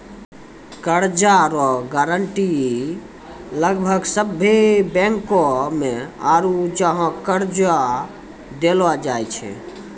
कर्जा रो गारंटी लगभग सभ्भे बैंको मे आरू जहाँ कर्जा देलो जाय छै